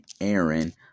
Aaron